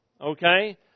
Okay